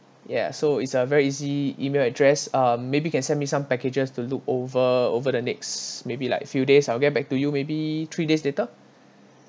ya so it's very easy E-mail address uh maybe you can send me some packages to look over over the next maybe like few days I'll get back to you maybe three days later